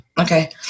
Okay